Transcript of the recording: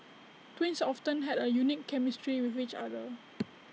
twins often had unique chemistry with each other